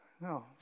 No